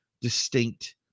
distinct